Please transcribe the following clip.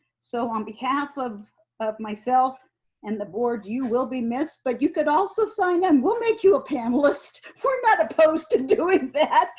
so on behalf of of myself and the board, you will be missed, but you could also sign in. and we'll make you a panelist, we're not opposed to doing that.